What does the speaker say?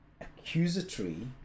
accusatory